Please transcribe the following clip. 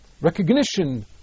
recognition